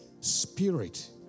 spirit